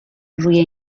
روی